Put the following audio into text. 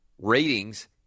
Ratings